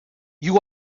you